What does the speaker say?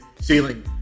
ceiling